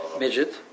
midget